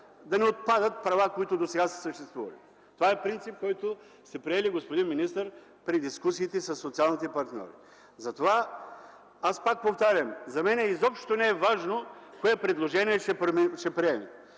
да не отпадат права, които досега са съществували. Това е принцип, който сте приели, господин министър, при дискусиите със социалните партньори. Пак повтарям – за мен изобщо не е важно кое предложение ще се приеме.